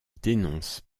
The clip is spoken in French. dénonce